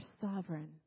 sovereign